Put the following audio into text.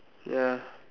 ya